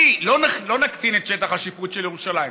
לא נקטין את שטח השיפוט של ירושלים,